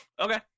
Okay